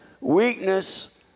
weakness